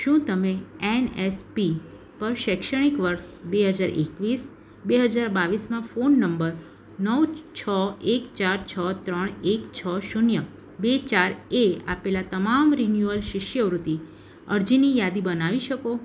શું તમે એનએસપી પર શૈક્ષણિક વર્ષ બે હજાર એકવીસ બે હજાર બાવીસમાં ફોન નંબર નવ છ એક ચાર છ ત્રણ એક છ શૂન્ય બે ચાર એ આપેલા તમામ રિન્યુઅલ શિષ્યવૃત્તિ અરજીની યાદી બનાવી શકો